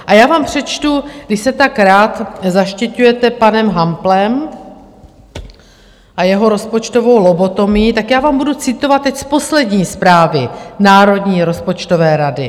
A já vám přečtu, když se tak rád zaštiťujete panem Hamplem a jeho rozpočtovou lobotomií, tak já vám budu citovat teď z poslední zprávy Národní rozpočtové rady.